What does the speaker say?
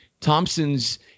Thompson's